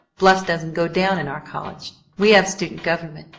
bluff doesn't go down in our college. we have student government,